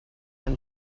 them